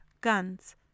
guns